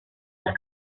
las